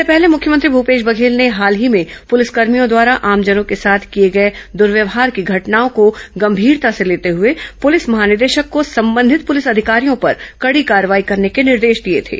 इससे पहले मुख्यमंत्री भूपेश बघेल ने हाल ही में पुलिसकर्भियों द्वारा आमजनों के साथ किए गए दुर्व्यवहार की घटनाओं को गंभीरता से लेते हुए पुलिस महानिदेशक को संबंधित पुलिस अधिकारियों पर कड़ी कार्रवाई करने के निर्देश दिए थे